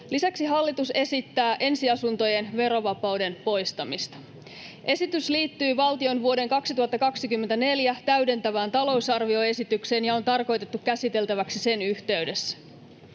Lisäksi hallitus esittää ensiasuntojen verovapauden poistamista. Esitys liittyy valtion vuoden 2024 täydentävään talousarvioesitykseen ja on tarkoitettu käsiteltäväksi sen yhteydessä.